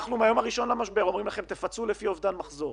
מהיום הראשון למשבר אנחנו אומרים לכם: תפצו לפי אובדן מחזור.